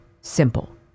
simple